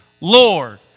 Lord